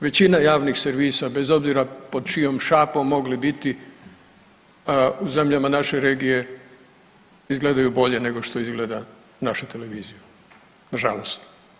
Većina javnih servisa bez obzira pod čijom šapom mogli biti, u zemljama naše regije izgledaju bolje nego što izgleda naša televizija nažalost.